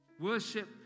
Worship